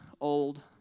old